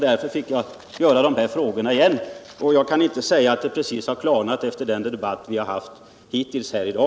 Därför fick jag ställa dessa frågor på nytt, och jag kan inte säga att det precis har klarnat efter den debatt vi har haft hittills här i dag.